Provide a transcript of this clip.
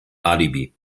alibi